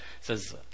says